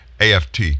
AFT